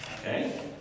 okay